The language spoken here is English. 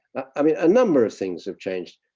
i mean a number of things have changed,